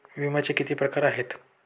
विम्याचे किती प्रकार आहेत?